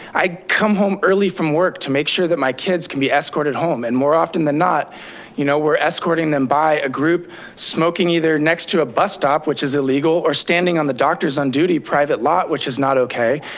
i come home early from work to make sure that my kids can be escorted home, and more often than not you know we're escorting them by a group smoking either next to a bus stop, which is illegal, or standing on the doctors on duty private lot which is not okay.